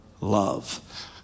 Love